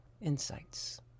insights